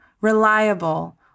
reliable